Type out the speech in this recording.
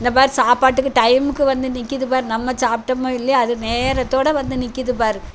இந்த மாதிரி சாப்பாட்டுக்கு டைமுக்கு வந்து நிற்குது பார் நம்ம சாப்பிட்டமோ இல்லையா அது நேரத்தோடய வந்து நிற்கிது பார்